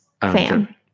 fan